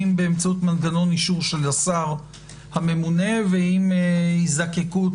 אם באמצעות מנגנון אישור של השר הממונה ועם היזקקות